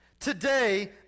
Today